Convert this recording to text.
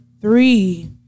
three